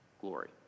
glory